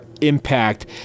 impact